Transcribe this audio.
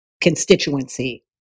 constituency